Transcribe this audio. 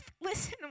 listen